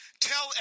tell